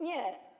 Nie.